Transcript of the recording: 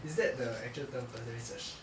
is that the actual term plus the research